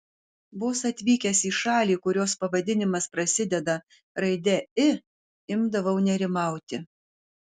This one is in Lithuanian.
vos atvykęs į šalį kurios pavadinimas prasideda raide i imdavau nerimauti